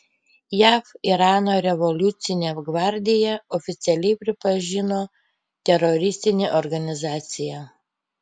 jav irano revoliucinę gvardiją oficialiai pripažino teroristine organizacija